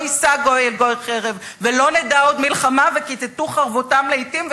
לא יישא גוי אל גוי חרב ולא נדע עוד מלחמה וכיתתו חרבותם לאתים,